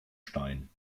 stein